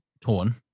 torn